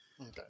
Okay